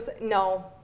no